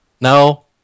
No